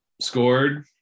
scored